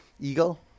Eagle